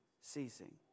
ceasing